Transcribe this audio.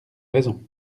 raison